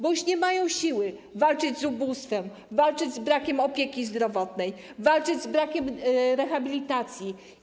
Bo już nie mają siły walczyć z ubóstwem, walczyć z brakiem opieki zdrowotnej, walczyć z brakiem rehabilitacji.